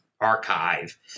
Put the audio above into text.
archive